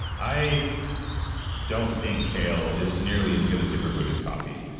i don't think kale is nearly as good a super food as coffee.